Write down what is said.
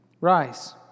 Rise